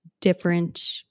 different